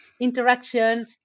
interaction